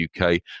UK